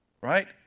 Right